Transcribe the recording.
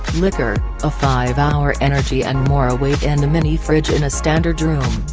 liquor, a five hour energy and more await in the mini-fridge in a standard room.